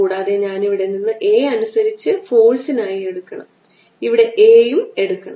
കൂടാതെ ഞാൻ ഇവിടെ നിന്ന് A അനുസരിച്ച് ഫോഴ്സിനായി എടുക്കണം ഇവിടെയുള്ള A യും എടുക്കണം